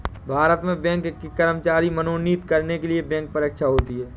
भारत में बैंक के कर्मचारी मनोनीत करने के लिए बैंक परीक्षा होती है